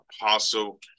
Apostle